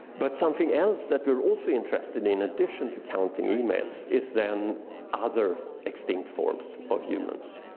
but something else that we're also interested in addition to counting emails is then other extinct forms of humans.